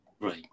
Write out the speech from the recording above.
Right